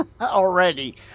already